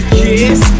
kiss